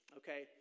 okay